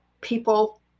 people